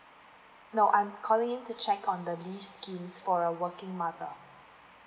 no I'm calling in to check on the leave schemes for a working mother